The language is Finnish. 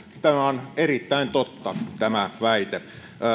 on erittäin totta tämä väite